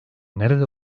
nerede